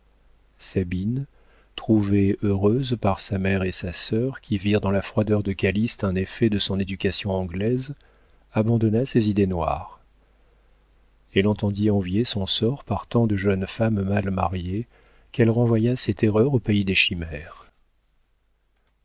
sabine trouvée heureuse par sa mère et sa sœur qui virent dans la froideur de calyste un effet de son éducation anglaise abandonna ses idées noires elle entendit envier son sort par tant de jeunes femmes mal mariées qu'elle renvoya ses terreurs au pays des chimères